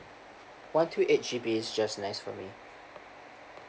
one two eight G_B is just nice for me